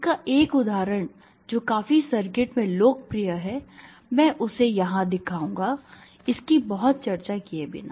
इसका एक उदाहरण जो काफी सर्किट में लोकप्रिय है मैं उसे यहां दिखाऊंगा इसकी बहुत चर्चा किये बिना